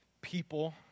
people